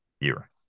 year